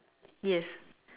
yes